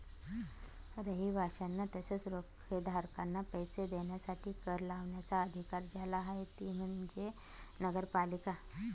रहिवाशांना तसेच रोखेधारकांना पैसे देण्यासाठी कर लावण्याचा अधिकार ज्याला आहे ती म्हणजे नगरपालिका